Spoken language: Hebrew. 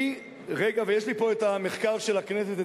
יש לי פה המחקר של הכנסת,